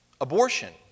Abortion